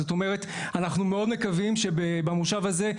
אנחנו מאוד מקווים שבמושב הזה יעבור החוק.